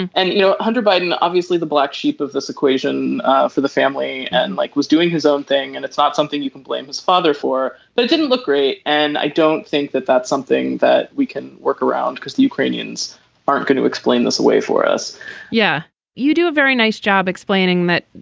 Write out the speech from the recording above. and and you know a hundred biden obviously the black sheep of this equation ah for the family and like was doing his own thing and it's not something you can blame his father for but it didn't look great and i don't think that that's something that we can work around because the ukrainians aren't going to explain this away for us yeah you do a very nice job explaining that.